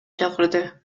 чакырды